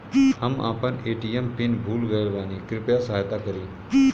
हम आपन ATM PIN भूल गईल बानी कृपया सहायता करी